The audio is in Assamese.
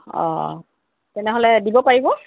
অঁ তেনেহ'লে দিব পাৰিব